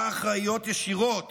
שלהם אחראיות ישירות